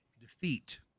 defeat